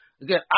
again